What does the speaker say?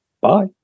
Bye